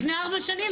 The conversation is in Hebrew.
לפני ארבע שנים,